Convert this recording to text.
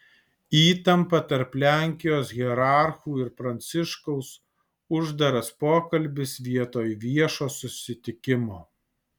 įtampa tarp lenkijos hierarchų ir pranciškaus uždaras pokalbis vietoj viešo susitikimo